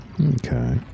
Okay